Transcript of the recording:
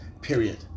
Period